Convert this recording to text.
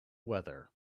weather